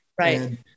Right